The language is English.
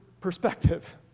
perspective